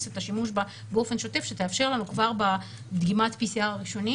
את השימוש בה באופן שוטף שתאפשר לנו כבר בדגימת PCR הראשונית,